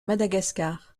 madagascar